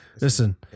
listen